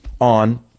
on